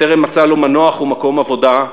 שטרם מצא לו מנוח ומקום עבודה,